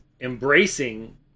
embracing